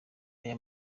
aya